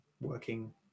working